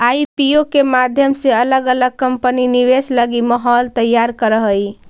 IPO के माध्यम से अलग अलग कंपनि निवेश लगी माहौल तैयार करऽ हई